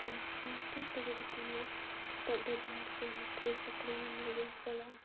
computer ᱛᱮᱜᱮ ᱡᱮᱛᱮᱱᱟᱜ ᱱᱤᱛᱳᱜ ᱫᱚ ᱡᱟᱦᱟᱸ ᱨᱮᱜᱮ ᱱᱚᱠᱨᱤ ᱪᱟᱹᱠᱨᱤ ᱧᱟᱢ ᱞᱟᱹᱜᱤᱫ ᱮᱢ ᱪᱟᱞᱟᱜᱼᱟ